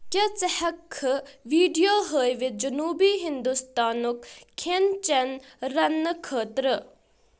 کیا ژٕ ہیککھہ ویڈیو ہٲوِتھ جنوبی ہندوستانُک کھین چین رننہٕ خٲطرٕ